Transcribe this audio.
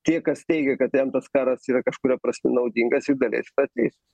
tie kas teigia kad jam tas karas yra kažkuria prasme naudingas iš dalies yra teisūs